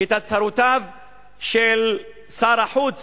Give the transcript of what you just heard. את ההצהרות של שר החוץ